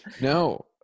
No